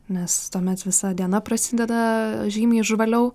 nes tuomet visa diena prasideda žymiai žvaliau